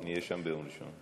אני אהיה שם ביום ראשון.